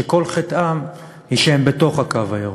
וכל חטאם הוא שהם בתוך הקו הירוק?